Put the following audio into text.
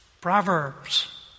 Proverbs